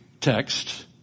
text